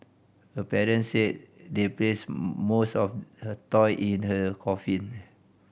her parents said they placed most of her toy in her coffin